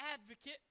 advocate